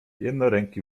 jednoręki